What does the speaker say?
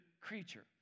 creature